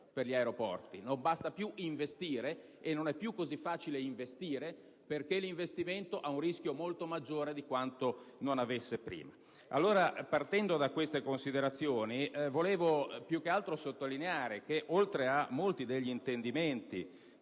non basta più investire e non è più così facile investire, perché l'investimento ha un rischio molto maggiore di quanto non avesse prima. Partendo da queste considerazioni, vorrei più che altro sottolineare che molti degli intendimenti